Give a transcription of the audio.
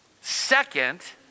second